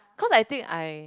cause I think I